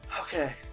Okay